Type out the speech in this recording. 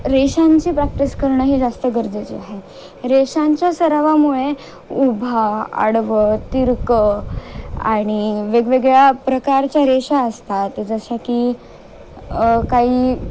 रेषांची प्रॅक्टिस करणं ही जास्त गरजेची आहे रेषांच्या सरावामुळे उभं आडवं तिरकं आणि वेगवेगळ्या प्रकारच्या रेषा असतात जशा की काही